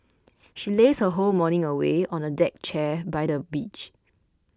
she lazed her whole morning away on a deck chair by the beach